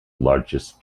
largest